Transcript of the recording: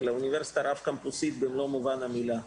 אלא אוניברסיטה רב קמפוסית במלוא מובן המילה.